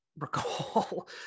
recall